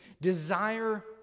desire